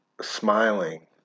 smiling